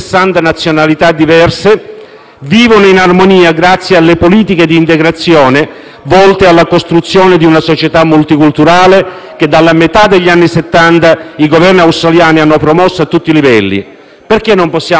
vivono in armonia grazie alle politiche di integrazione volte alla costruzione di una società multiculturale che, dalla metà degli anni Settanta, i Governi australiani hanno promosso a tutti i livelli. Perché non possiamo fare qualcosa di simile in Italia?